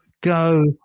go